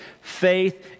faith